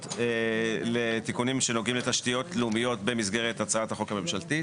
שנוגעות לתיקונים שנוגעים לתשתיות לאומיות במסגרת הצעת החוק הממשלתית.